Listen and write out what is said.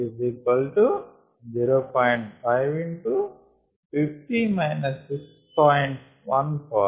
5 50 - 6